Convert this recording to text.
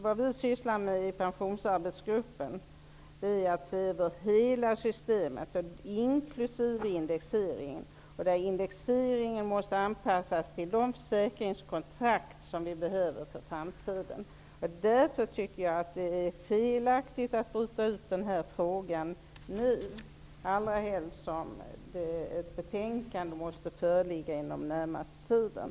Vad vi i Pensionsarbetsgruppen sysslar med är en översyn av hela systemet, inklusive indexeringen. Indexeringen måste anpassas till de försäkringskontrakt som behövs för framtiden. Därför tycker jag att det är felaktigt att bryta ut den här frågan nu, allra helst som ett betänkande måste föreligga inom den närmaste tiden.